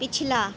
پچھلا